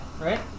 right